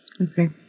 Okay